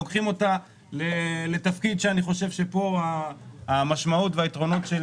לוקחים אותה לתפקיד שאני חושב שפה המשמעות והיתרונות של